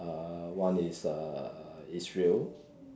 uh one is uh Israel